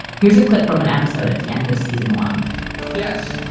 here's a clip from an episode at the end of season one yes,